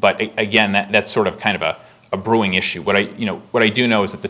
but again that sort of kind of a brewing issue what i you know what i do know is that the